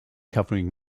covering